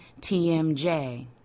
TMJ